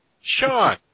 Sean